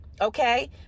Okay